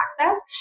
access